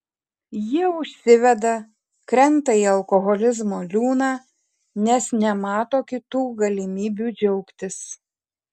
jie užsiveda krenta į alkoholizmo liūną nes nemato kitų galimybių džiaugtis